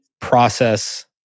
process